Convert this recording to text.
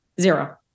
Zero